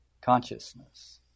Consciousness